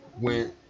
went